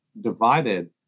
divided